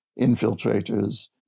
infiltrators